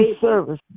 service